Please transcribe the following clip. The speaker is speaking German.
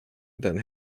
dann